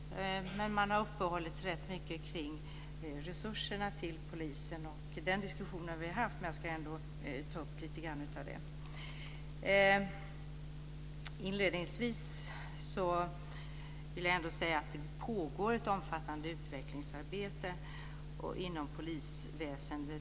Man har uppehållit sig rätt mycket kring resurserna till polisen. Den diskussionen har vi haft, men jag ska ändå ta upp det lite grann. Inledningsvis vill jag säga att det pågår ett omfattande utvecklingsarbete inom polisväsendet.